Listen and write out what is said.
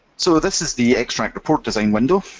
so this is the extract report design window.